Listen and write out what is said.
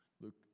Luke